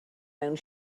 mewn